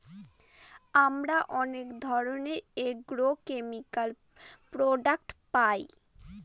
আমরা অনেক ধরনের এগ্রোকেমিকাল প্রডাক্ট পায়